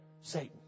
Satan